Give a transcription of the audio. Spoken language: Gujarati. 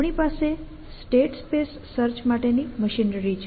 આપણી પાસે સ્ટેટ સ્પેસ સર્ચ માટેની મશીનરી છે